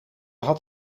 had